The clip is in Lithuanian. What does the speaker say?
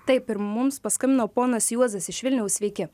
taip ir mums paskambino ponas juozas iš vilniaus sveiki